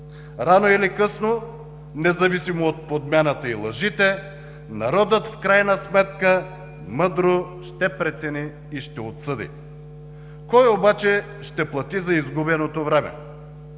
Рано или късно, независимо от подмяната и лъжите, народът в крайна сметка мъдро ще прецени и ще отсъди. Кой обаче ще плати за изгубеното време?